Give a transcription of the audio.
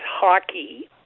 hockey